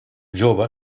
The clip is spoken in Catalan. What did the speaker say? jove